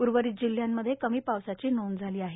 उर्वरीत जिल्ह्यांमध्ये कमी पावसाची नोंद झाली आहे